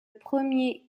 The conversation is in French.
premier